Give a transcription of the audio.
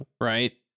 right